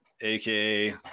aka